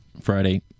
Friday